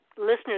listeners